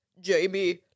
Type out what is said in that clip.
Jamie